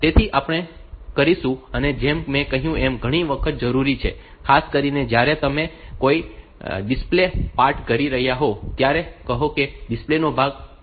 તેથી આપણે કરીશું અને જેમ મેં કહ્યું છે કે આ ઘણી વખત જરૂરી છે ખાસ કરીને જ્યારે તમે કોઈ ડિસ્પ્લે પાર્ટ કરી રહ્યા હોવ ત્યારે કહો કે ડિસ્પ્લે નો ભાગ કોના માટે છે